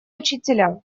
учителя